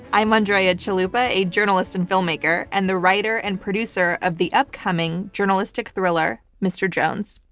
i'm andrea chalupa, a journalist and filmmaker, and the writer and producer of the upcoming journalistic thriller, mr. jones.